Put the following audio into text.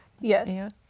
Yes